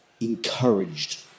encouraged